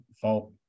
fault